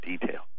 detail